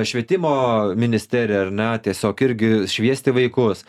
švietimo ministerija ar ne tiesiog irgi šviesti vaikus